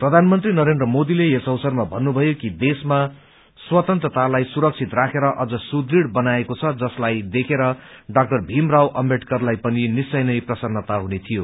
प्रधानमंत्री नरेन्द्र मोदीले यस अवसरमा भन्नुभयो कि देशमा स्वतन्त्रतालाई सुरक्षित राखेर अझ सुदृढ बनाईएको छ जसलाई देखेर ड़ा भीमराव अम्बेदकरलाई पनि निश्चय नै प्रसन्नता हुनेथियो